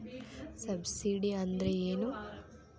Subsidy ಅಂದ್ರೆ ಏನು?